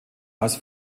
als